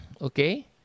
okay